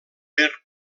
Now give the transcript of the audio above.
per